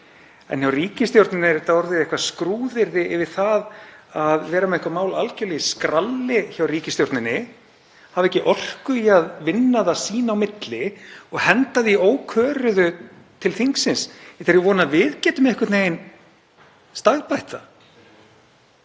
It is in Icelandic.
En hjá ríkisstjórninni er þetta orðið skrúðyrði yfir það að vera með einhver mál algerlega í skralli hjá ríkisstjórninni, hafa ekki orku í að vinna það sín á milli og henda því óköruðu til þingsins í þeirri von að við getum einhvern veginn stagbætt